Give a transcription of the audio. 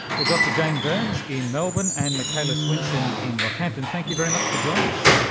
well, dr jane burns in melbourne and makhala swinson in rockhampton, thank you very much for joining us.